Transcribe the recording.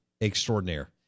extraordinaire